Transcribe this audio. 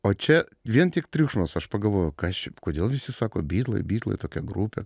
o čia vien tik triukšmas aš pagalvojau kas čia kodėl visi sako bitlai bitlai tokia grupė